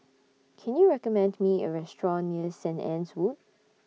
Can YOU recommend Me A Restaurant near Saint Anne's Wood